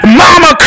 mama